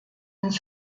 ins